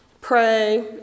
pray